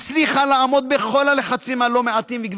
הצליחה לעמוד בכל הלחצים הלא-מעטים שהופעלו עלינו,